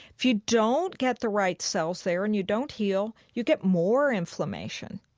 if you don't get the right cells there and you don't heal, you get more inflammation.